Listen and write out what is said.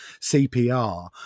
cpr